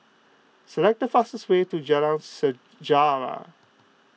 select the fastest way to Jalan Sejarah